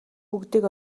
бүгдийг